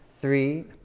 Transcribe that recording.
three